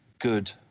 good